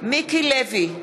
מיקי לוי,